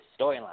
storyline